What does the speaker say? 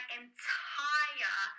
entire